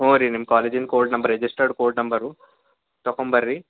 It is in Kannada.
ಹ್ಞೂ ರೀ ನಿಮ್ಮ ಕಾಲೇಜಿನ code number registered code number ತಕೊಂಬರ್ರಿ